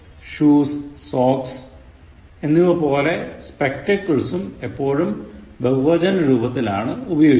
Shoes socks എന്നിവ പോലെ Spectacles ഉം എപ്പോഴും ബഹുവചന രൂപത്തിലാണ് ഉപയോഗിക്കുന്നത്